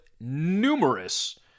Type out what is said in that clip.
numerous